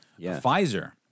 Pfizer